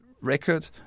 record